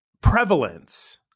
prevalence